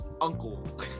uncle